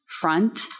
front